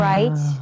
Right